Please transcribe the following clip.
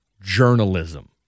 journalism